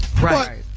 Right